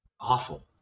awful